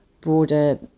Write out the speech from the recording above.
broader